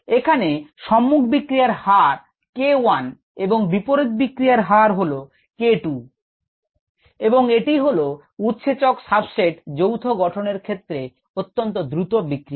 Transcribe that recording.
এখানে সম্মুখ বিক্রিয়ার হার হল k1এবং বিপরীত বিক্রিয়ার হার হল k2 এবং এটি হল উৎসেচক সাবস্ট্রেট যৌগ গঠনের ক্ষেত্রে অত্যন্ত দ্রুত বিক্রিয়া